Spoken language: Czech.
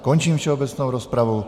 Končím všeobecnou rozpravu.